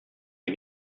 der